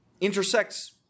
intersects